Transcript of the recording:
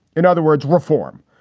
in other words, reform,